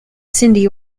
sindhi